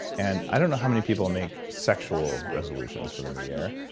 and i don't know how many people make sexual resolutions for the new year,